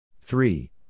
Three